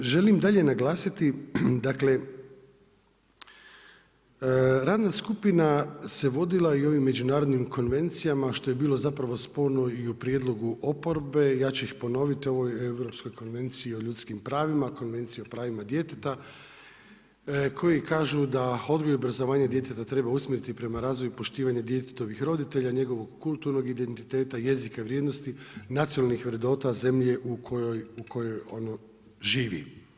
Želim dalje naglasiti dakle, radna skupina se vodila i ovim međunarodnim konvencijama što je bilo zapravo sporno i u prijedlogu oporbe i ja ću ih ponoviti u ovoj europskoj konvenciji o ljudskim pravima, konvencija o pravima djeteta, koji kažu da odgoj i obrazovanje djeteta treba usmjeriti prema razvoju i poštivanju djetetovih roditelja, njegovog kulturnog identiteta, jezika vrijednosti, nacionalnih vrednota zemlje u kojoj ono živi.